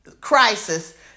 crisis